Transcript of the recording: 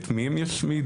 את מי הם ישמידו?